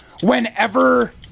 whenever